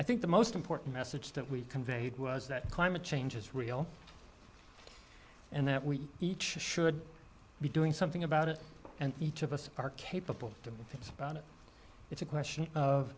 i think the most important message that we conveyed was that climate change is real and that we each should be doing something about it and each of us are capable to think about it it's a question of